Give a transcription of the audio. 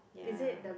ya